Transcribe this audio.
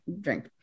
drink